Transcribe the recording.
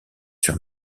sur